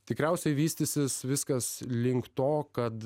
tikriausiai vystysis viskas link to kad